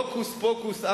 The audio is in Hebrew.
הוקוס פוקוס,